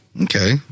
Okay